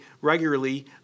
regularly